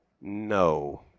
no